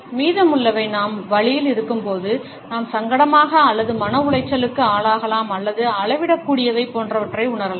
மீதமுள்ளவை நாம் வலியில் இருக்கும்போது நாம் சங்கடமாக அல்லது மன உளைச்சலுக்கு ஆளாகலாம் அல்லது அளவிடக்கூடியவை போன்றவற்றை உணரலாம்